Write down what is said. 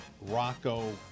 Rocco